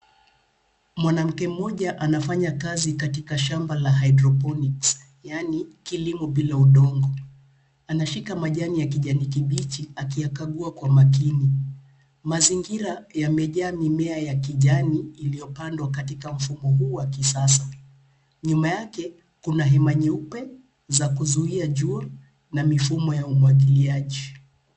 Mwanamke mmoja anafanya kazi katika shamba la hydroponics yaani kilimo bila udongo ,anashika majani ya kijani kibichi akiyakagua kwa makini ,mazingira yamejaa mimea ya kijani iliyopandwa katika mfumo huu wa kisasa ,nyuma yake kuna hema nyeupe za kuzuia jua na mifumo ya umwagiliaji.